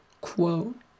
Quote